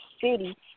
city